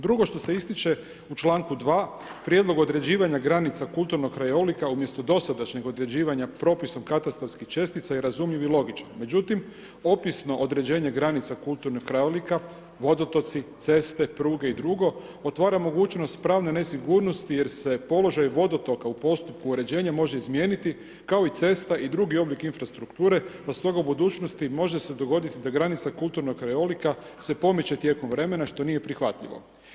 Drugo što se ističe u članku 2. prijedlog određivanja granica kulturnog krajolika, umjesto dosadašnjeg određivanja propisom katastarske čestice je razumljiv i logičan međutim, opisno određenje granica kulturnih krajolika, vodotoci, ceste, pruge i dr. otvara mogućnost pravne nesigurnosti jer se položaj vodotoka u postupku uređenja može izmijeniti kao i cesta i drugi oblike infrastrukture pa stoga budućnosti može se dogoditi da granica kulturnog krajolika se pomiče tijekom vremena što nije prihvatljivo.